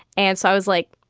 and so i was like,